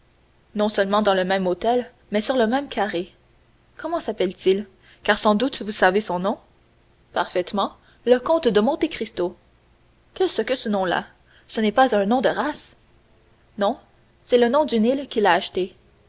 non seulement dans le même hôtel mais sur le même carré comment s'appelle-t-il car sans doute vous savez son nom parfaitement le comte de monte cristo qu'est-ce que ce nom-là ce n'est pas un nom de race non c'est le nom d'une île qu'il a achetée